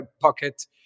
pocket